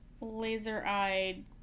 laser-eyed